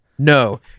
No